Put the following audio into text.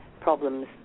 problems